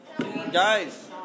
Guys